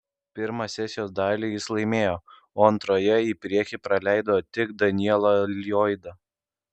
pirmą sesijos dalį jis laimėjo o antroje į priekį praleido tik danielą lloydą